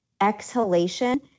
exhalation